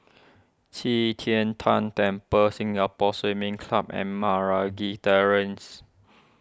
Qi Tian Tan Temple Singapore Swimming Club and Meragi Terrace